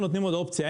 איך תפקח?